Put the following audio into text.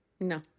no